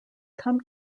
come